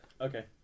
Okay